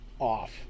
Off